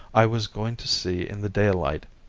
i was going to see in the daylight.